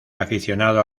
aficionado